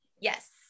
Yes